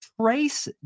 trace